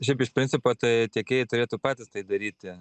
šiaip iš principo tai tiekėjai turėtų patys tai daryti